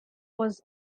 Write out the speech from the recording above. was